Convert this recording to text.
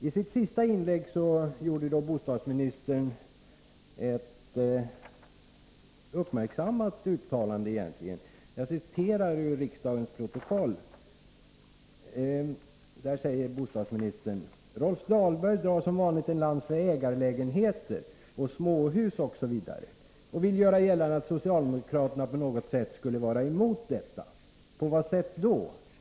I sitt sista inlägg gjorde då bostadsministern ett uppmärksammat uttalande: ”Rolf Dahlberg drar som vanligt en lans för ägarlägenheter och småhus osv. och vill göra gällande att socialdemokraterna på något sätt skulle vara emot detta. På vad sätt då?